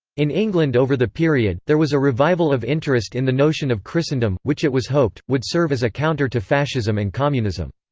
in england over the period, there was a revival of interest in the notion of christendom, which it was hoped, would serve as a counter to fascism and communism.